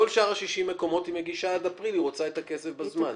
בכל שאר 60 המקומות היא מגישה עד אפריל והיא רוצה את הכסף בזמן.